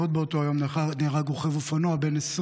עוד באותו יום נהרג רוכב אופנוע בן 20